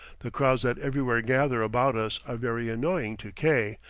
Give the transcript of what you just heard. the crowds that everywhere gather about us are very annoying to k,